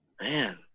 man